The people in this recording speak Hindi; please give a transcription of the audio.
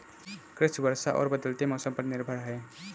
कृषि वर्षा और बदलते मौसम पर निर्भर है